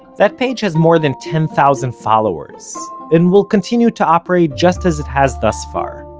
that page has more than ten thousand followers and will continue to operate just as it has thus far.